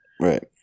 Right